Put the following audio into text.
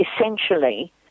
essentially